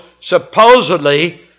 supposedly